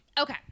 Okay